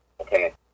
Okay